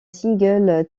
single